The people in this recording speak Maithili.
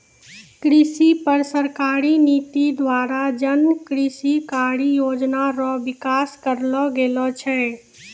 कृषि पर सरकारी नीति द्वारा जन कृषि कारी योजना रो विकास करलो गेलो छै